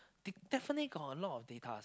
dig definitely got a lot of data's